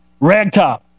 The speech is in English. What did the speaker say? Ragtop